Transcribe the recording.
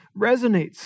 resonates